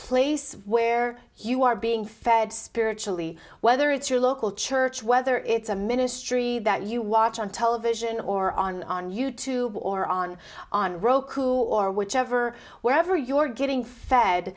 place where you are being fed spiritually whether it's your local church whether it's a ministry that you watch on television or on on you tube or on on roku or whichever wherever you're getting fed